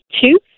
two